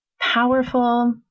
powerful